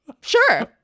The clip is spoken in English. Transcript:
Sure